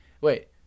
wait